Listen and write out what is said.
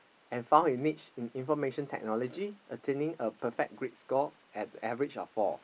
and found his niche in information technology attaining a perfect grade score and average of four